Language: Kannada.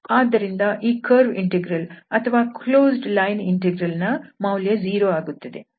ಆದ್ದರಿಂದ ಈ ಕರ್ವ್ ಇಂಟೆಗ್ರಲ್ ಅಥವಾ ಕ್ಲೋಸ್ಡ್ ಲೈನ್ ಇಂಟೆಗ್ರಲ್ನ ನ ಮೌಲ್ಯ 0 ಆಗುತ್ತದೆ